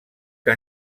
que